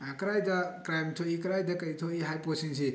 ꯀꯗꯥꯏꯗ ꯀ꯭ꯔꯥꯏꯝ ꯊꯣꯛꯏ ꯀꯗꯥꯏꯗ ꯀꯔꯤ ꯊꯣꯛꯏ ꯍꯥꯏꯕ ꯄꯣꯠꯁꯤꯡꯁꯤ